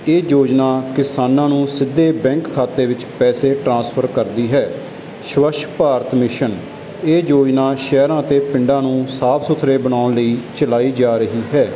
ਇਹ ਯੋਜਨਾ ਕਿਸਾਨਾਂ ਨੂੰ ਸਿੱਧੇ ਬੈਂਕ ਖਾਤੇ ਵਿੱਚ ਪੈਸੇ ਟਰਾਂਸਫਰ ਕਰਦੀ ਹੈ ਸਵੱਛ ਭਾਰਤ ਮਿਸ਼ਨ ਇਹ ਯੋਜਨਾ ਸ਼ਹਿਰਾਂ ਅਤੇ ਪਿੰਡਾਂ ਨੂੰ ਸਾਫ਼ ਸੁਥਰੇ ਬਣਾਉਣ ਲਈ ਚਲਾਈ ਜਾ ਰਹੀ ਹੈ